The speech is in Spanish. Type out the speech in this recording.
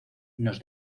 nos